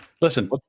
Listen